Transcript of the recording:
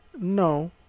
No